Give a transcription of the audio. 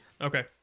Okay